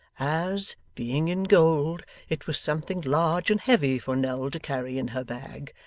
as, being in gold, it was something large and heavy for nell to carry in her bag.